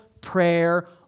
prayer